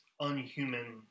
unhuman